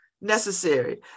necessary